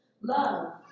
love